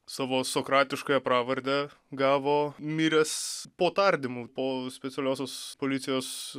savo sokratiškąją pravardę gavo miręs po tardymų po specialiosios policijos